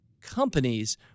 companies